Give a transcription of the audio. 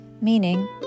meaning